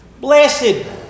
Blessed